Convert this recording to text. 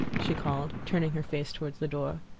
she called, turning her face toward the door.